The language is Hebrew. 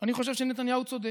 אני חושב שנתניהו צודק.